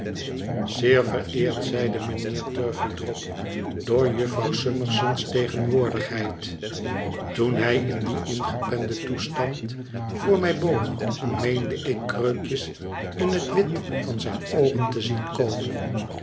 zeer vereerd zeide mijnheer turveydrop door jufvrouw summerson's tegenwoordigheid toen hij in dien ingependen toestand voor mij boog meende ik kreukjes in het wit van zijne oogen te zien komen